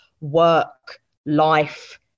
work-life